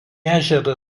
ežerą